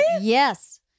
Yes